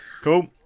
cool